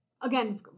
again